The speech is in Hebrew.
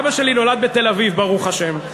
אבא שלי נולד בתל-אביב, ברוך השם.